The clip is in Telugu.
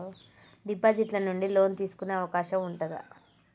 డిపాజిట్ ల నుండి లోన్ తీసుకునే అవకాశం ఉంటదా?